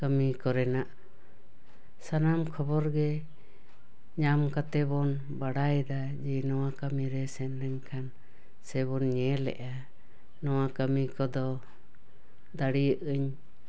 ᱠᱟᱹᱢᱤ ᱠᱚᱨᱮᱱᱟᱜ ᱥᱟᱱᱟᱢ ᱠᱷᱚᱵᱚᱨ ᱜᱮ ᱧᱟᱢ ᱠᱟᱛᱮᱵᱚᱱ ᱵᱟᱰᱟᱭ ᱮᱫᱟ ᱡᱮ ᱱᱚᱣᱟ ᱠᱟᱹᱢᱤᱨᱮ ᱥᱮᱱ ᱞᱮᱱᱠᱷᱟᱱ ᱥᱮ ᱵᱚᱱ ᱧᱮᱞ ᱮᱫᱟ ᱱᱚᱣᱟ ᱠᱟᱹᱢᱤ ᱠᱚᱫᱚ ᱫᱟᱲᱮᱭᱟᱜᱼᱟᱹᱧ